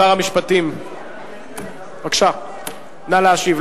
שר המשפטים, בבקשה, נא להשיב.